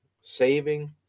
saving